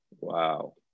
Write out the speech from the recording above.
Wow